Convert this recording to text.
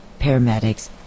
paramedics